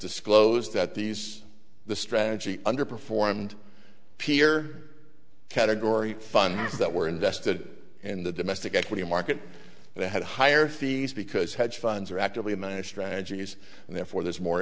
disclosed that these the strategy underperformed peer category funds that were invested in the domestic equity market they had higher fees because hedge funds are actively manage strategies and therefore there's more